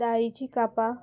दाळीची कापां